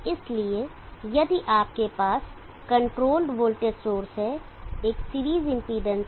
इसलिए यदि आपके पास कंट्रोल्ड वोल्टेज सोर्स हैं एक सीरीज इंपेडेंस है